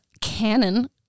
canon